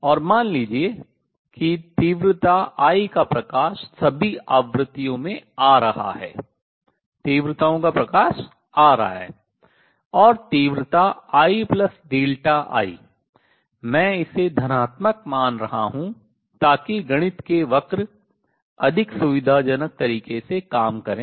और मान लीजिए कि तीव्रता I आई का प्रकाश सभी आवृत्तियों में आ रहा है तीव्रताओं का प्रकाश आ रहा है और तीव्रता I∆I मैं इसे धनात्मक मान रहा हूँ ताकि गणित के वक्र अधिक सुविधाजनक तरीके से काम करें